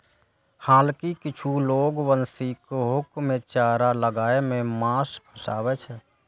हालांकि किछु लोग बंशीक हुक मे चारा लगाय कें माछ फंसाबै छै